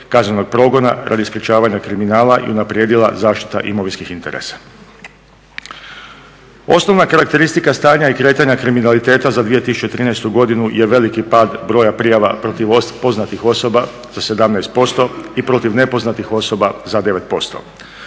kaznenog progona radi sprečavanja kriminala i unaprijedila zaštita imovinskih interesa. Osnovna karakteristika stanja i kretanja kriminaliteta za 2013. godinu je veliki pad broja prijava protiv poznatih osoba 17% i protiv nepoznatih osoba za 9%.